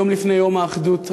יום לפני יום האחדות,